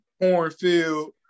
cornfield